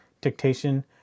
dictation